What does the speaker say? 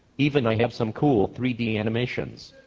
even i have some cool three d animations.